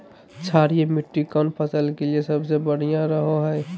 क्षारीय मिट्टी कौन फसल के लिए सबसे बढ़िया रहो हय?